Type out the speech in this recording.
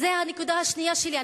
זו הנקודה השנייה שלי.